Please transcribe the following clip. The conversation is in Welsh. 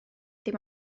dim